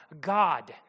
God